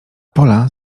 pola